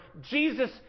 Jesus